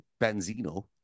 Benzino